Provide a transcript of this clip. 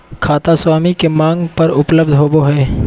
खाता स्वामी के मांग पर उपलब्ध होबो हइ